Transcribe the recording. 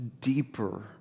deeper